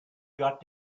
got